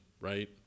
right